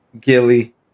Gilly